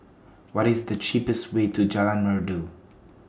What IS The cheapest Way to Jalan Merdu